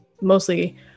mostly